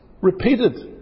repeated